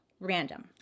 Random